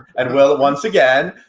and will once again.